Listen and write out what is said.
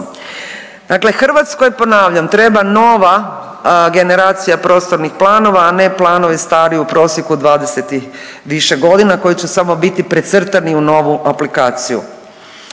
Hrvatskoj ponavljam treba nova generacija prostornih planova, a ne planovi stari u prosjeku 20 i više godina koji će samo biti precrtani u novu aplikaciju.